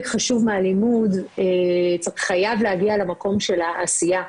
חשוב מהלימוד חייב להגיע למקום של העשייה.